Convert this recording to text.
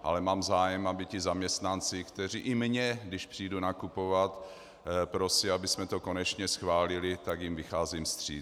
Ale mám zájem, aby ti zaměstnanci, kteří i mě, když přijdu nakupovat, prosí, abychom to konečně schválili, tak jim vycházím vstříc.